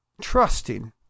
trusting